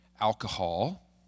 alcohol